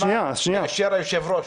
כמה זמן מאשר היושב-ראש?